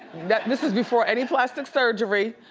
this is before any plastic surgery,